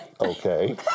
okay